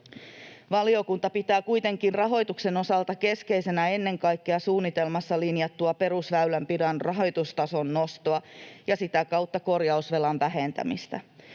Valiokunta pitää kuitenkin rahoituksen osalta keskeisenä ennen kaikkea suunnitelmassa linjattua perusväylänpidon rahoitustason nostoa ja sitä kautta korjausvelan vähentämistä.